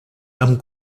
amb